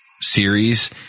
series